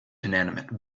inanimate